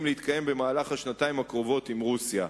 להתקיים במהלך השנתיים הקרובות עם רוסיה.